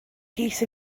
geese